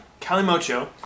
Calimocho